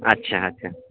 اچھا اچھا